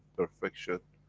perfection.